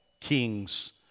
kings